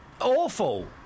Awful